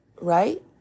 right